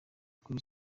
kuri